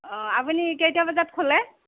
অ আপুনি কেইটা বজাত খোলে